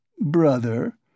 brother